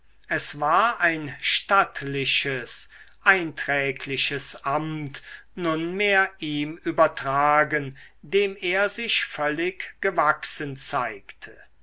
es war ein stattliches einträgliches amt nunmehr ihm übertragen dem er sich völlig gewachsen zeigte